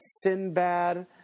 Sinbad